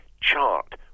chart